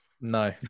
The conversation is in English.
No